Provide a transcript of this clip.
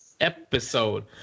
episode